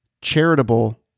charitable